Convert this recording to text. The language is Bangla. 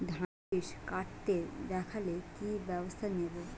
ধানের শিষ কাটতে দেখালে কি ব্যবস্থা নেব?